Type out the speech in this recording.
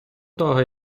того